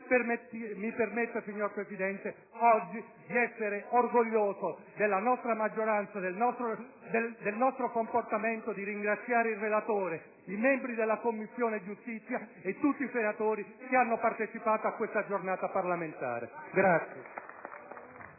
Mi permetta, signor Presidente, di essere oggi orgoglioso della nostra maggioranza e del nostro comportamento e di ringraziare il relatore, i membri della Commissione giustizia e tutti i senatori che hanno partecipato a questa giornata parlamentare.